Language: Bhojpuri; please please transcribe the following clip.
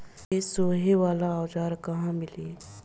खेत सोहे वाला औज़ार कहवा मिली?